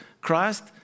Christ